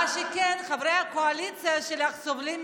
מה שכן, חברי הקואליציה שלך סובלים ממך,